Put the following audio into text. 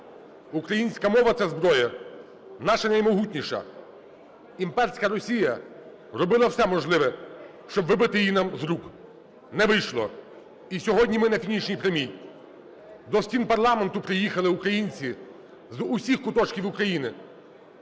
Українська мова – це зброя наша наймогутніша. Імперська Росія робила все можливе, щоб вибити її нам з рук. Не вийшло. І сьогодні ми на фінішній прямій. До стін парламенту приїхали українці з усіх куточків України,